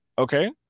Okay